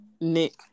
Nick